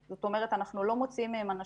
זאת אומרת שיש לנו פער של 4,000